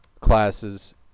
classes